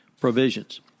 provisions